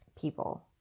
people